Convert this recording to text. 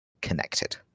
Connected